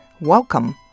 Welcome